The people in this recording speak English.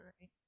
right